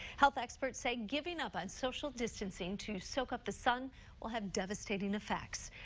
health experts say giving up on social distancing to soak up the sun will have devastating effects.